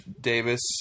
Davis